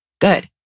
good